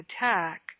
attack